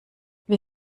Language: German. wir